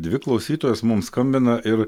dvi klausytojos mum skambina ir